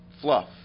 fluff